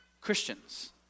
Christians